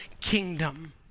kingdom